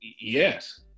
yes